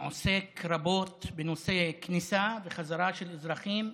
עוסק רבות בנושא כניסה וחזרה ויציאה של אזרחים.